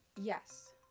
Yes